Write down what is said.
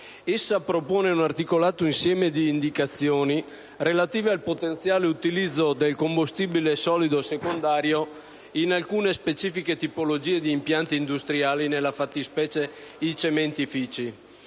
Essa propone un articolato insieme di indicazioni relative al potenziale utilizzo del combustibile solido secondario in alcune specifiche tipologie di impianti industriali: nella fattispecie i cementifici.